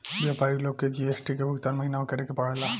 व्यापारी लोग के जी.एस.टी के भुगतान महीना में करे के पड़ेला